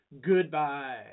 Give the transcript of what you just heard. goodbye